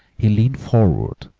he leaned forward,